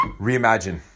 reimagine